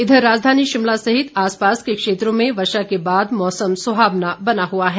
इधर राजधानी शिमला सहित आस पास के क्षेत्रों में वर्षा के बाद मौसम सुहावना बना हुआ है